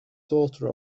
daughter